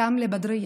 כאמלה בדריה.